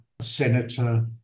senator